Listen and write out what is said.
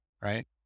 right